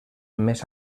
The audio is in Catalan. més